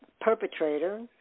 perpetrator